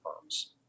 firms